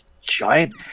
giant